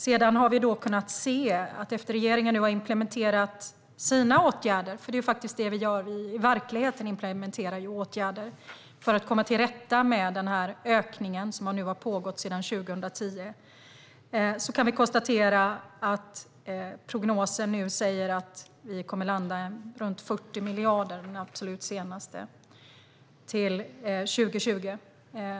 Sedan har vi kunnat se att efter att regeringen nu har implementerat sina åtgärder - för vi implementerar faktiskt åtgärder i verkligheten - för att komma till rätta med ökningen som har pågått sedan 2010 säger den absolut senaste prognosen att vi kommer att landa på runt 40 miljarder till 2020.